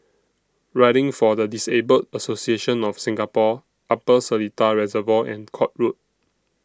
Riding For The Disabled Association of Singapore Upper Seletar Reservoir and Court Road